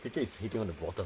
cricket is hitting on the bottom